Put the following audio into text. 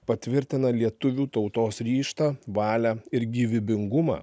patvirtina lietuvių tautos ryžtą valią ir gyvybingumą